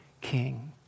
king